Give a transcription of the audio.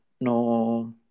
No